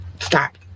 Stop